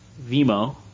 Vimo